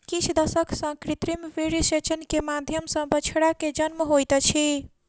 किछ दशक सॅ कृत्रिम वीर्यसेचन के माध्यम सॅ बछड़ा के जन्म होइत अछि